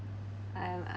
I'll